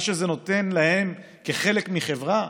מה שזה נותן להם כחלק מחברה,